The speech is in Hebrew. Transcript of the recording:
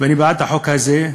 ואני בעד החוק הזה,